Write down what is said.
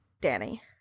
Danny